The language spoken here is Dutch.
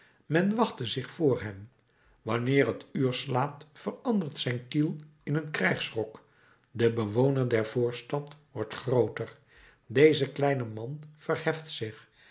men wachte zich voor hem wanneer het uur slaat verandert zijn kiel in een krijgsrok de bewoner der voorstad wordt grooter deze kleine man verheft zich